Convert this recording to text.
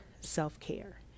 self-care